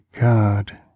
God